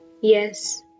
Yes